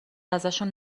ازشون